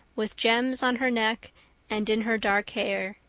with gems on her neck and in her dark hair.